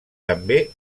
també